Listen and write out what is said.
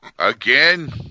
Again